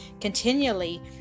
continually